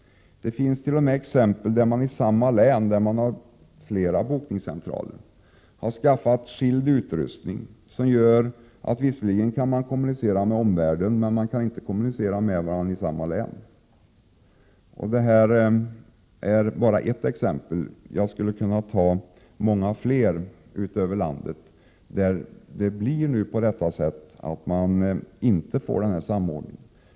Det finns t.o.m. exempel på att man i samma län, där det finns flera bokningscentraler, har skaffat skild utrustning, vilket innebär att man visserligen kan kommunicera med omvärlden men man kan inte kommunicera med varandra i samma län. Detta är bara ett exempel. Jag skulle kunna anföra många fler exempel på att det ute i landet inte går att få en samordning till stånd.